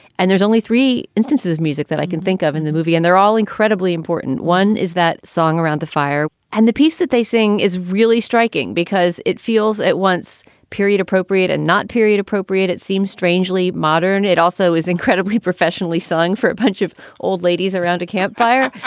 and there's only three instances of music that i can think of in the movie, and they're all incredibly important. one is that song around the fire and the piece that they sing is really striking because it feels at once period appropriate and not period appropriate. it seems strangely modern. it also is incredibly professionally song for a bunch of old ladies around a campfire.